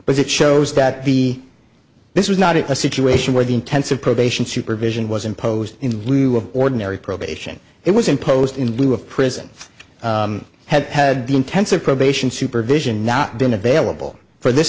but it shows that the this was not a situation where the intensive probation supervision was imposed in lieu of ordinary probation it was imposed in lieu of prison had had intensive probation supervision not been available for this